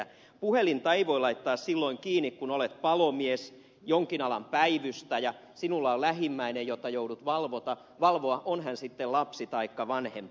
puhelinta ei voi laittaa silloin kiinni kun olet palomies jonkin alan päivystäjä sinulla on lähimmäinen jota joudut valvomaan on hän sitten lapsi taikka vanhempi